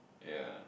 ya